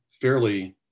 fairly